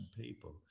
people